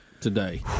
today